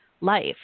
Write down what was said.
life